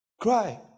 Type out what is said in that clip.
cry